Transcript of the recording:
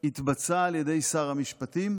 היא התבצעה על ידי שר המשפטים